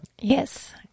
Yes